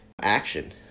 action